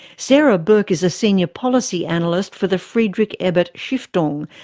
sara burke is a senior policy analyst for the friedrich-ebert-stiftung,